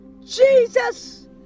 Jesus